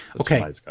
Okay